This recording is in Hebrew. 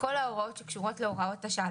כל ההוראות שקשורות להוראת השעה.